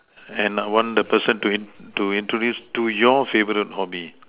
and want the person to to introduce to your favourite hobby